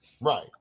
Right